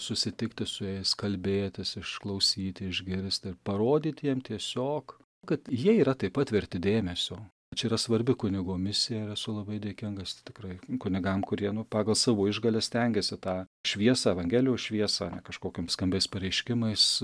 susitikti su jais kalbėtis išklausyti išgirsti ir parodyt jiem tiesiog kad jie yra taip pat verti dėmesio čia yra svarbi kunigo misija ir esu labai dėkingas tikrai kunigam kurie nu pagal savo išgales stengiasi tą šviesą evangelijos šviesą ne kažkokiom skambiais pareiškimais